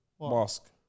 Mask